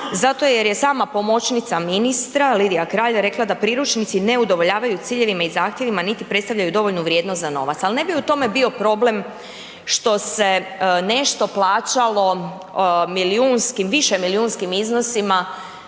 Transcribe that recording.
Zato jer je sama pomoćnica ministra Lidija Kralj rekla da priručnici ne udovoljavaju ciljevima i zahtjevima niti predstavljaju dovoljnu vrijednost za novac. Ali ne bi u tome bio problem što se nešto plaćalo milijunskim,